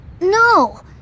No